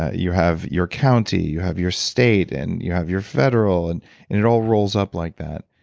ah you have your county, you have your state, and you have your federal. and it all rolls up like that.